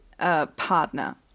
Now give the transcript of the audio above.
partner